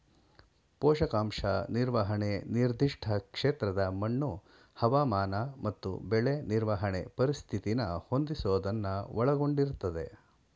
ಪೋಷಕಾಂಶ ನಿರ್ವಹಣೆ ನಿರ್ದಿಷ್ಟ ಕ್ಷೇತ್ರದ ಮಣ್ಣು ಹವಾಮಾನ ಮತ್ತು ಬೆಳೆ ನಿರ್ವಹಣೆ ಪರಿಸ್ಥಿತಿನ ಹೊಂದಿಸೋದನ್ನ ಒಳಗೊಂಡಿರ್ತದೆ